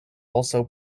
also